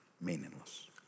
meaningless